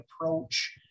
approach